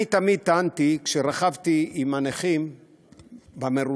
אני תמיד טענתי, כשרכבתי עם הנכים במרוצים,